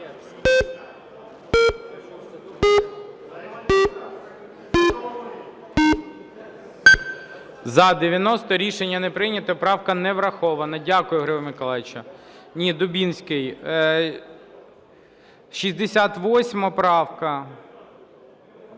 За-90 Рішення не прийнято. Правка не врахована. Дякую, Григорію Миколайовичу. Дубінський, 68 правка.